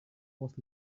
was